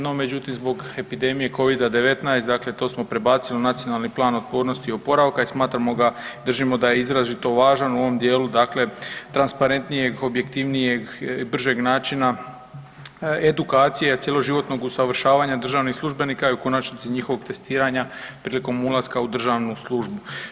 No međutim, zbog epidemije Covid-19 dakle to smo prebacili u nacionalni plan otpornosti i oporavka i smatramo ga držimo da je izrazito važan u ovom dijelu dakle transparentnijeg, objektivnijeg, bržeg načina edukacije cjeloživotnog usavršavanja državnih službenika i u konačnici njihovog testiranja prilikom ulaska u državnu službu.